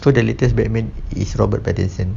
so the latest batman is robert patterson